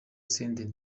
senderi